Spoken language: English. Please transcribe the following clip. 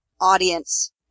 audience